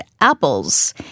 apples